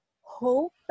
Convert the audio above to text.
hope